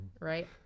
right